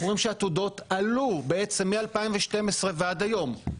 אנחנו רואים שהעתודות עלו בעצם מ-2012 עד היום,